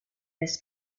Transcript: this